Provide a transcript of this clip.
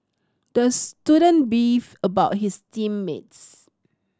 the student beefed about his team mates